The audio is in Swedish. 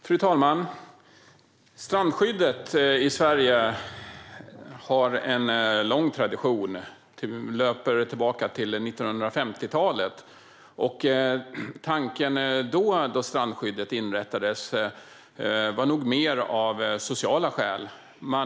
Fru talman! Strandskyddet i Sverige har en lång tradition; den löper tillbaka till 1950-talet. Tanken när strandskyddet inrättades hade nog mer med sociala skäl att göra.